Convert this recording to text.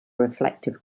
reflective